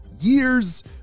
years